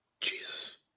Jesus